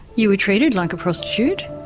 you were treated like a prostitute.